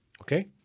okay